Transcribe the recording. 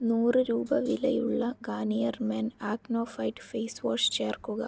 നൂറ് രൂപ വിലയുള്ള Garnier men acno fight face wash ചേർക്കുക